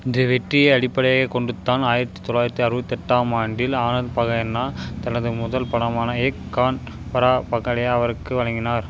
இந்த வெற்றியை அடிப்படையாகக் கொண்டு தான் ஆயிரத்து தொள்ளாயிரத்து அறுபத்தெட்டாம் ஆண்டில் அனந்த் பகன்னா தனது முதல் படமான ஏக் கான் பாரா பக்காடயா அவருக்கு வழங்கினார்